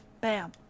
bam